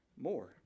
more